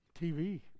TV